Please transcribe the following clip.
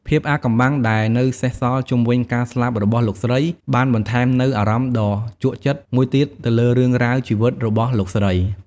ភាពអាថ៌កំបាំងដែលនៅសេសសល់ជុំវិញការស្លាប់របស់លោកស្រី បានបន្ថែមនូវ អារម្មណ៍ដ៏ជក់ចិត្ត មួយទៀតទៅលើរឿងរ៉ាវជីវិតរបស់លោកស្រី។